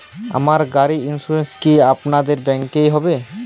আমার গাড়ির ইন্সুরেন্স কি আপনাদের ব্যাংক এ হবে?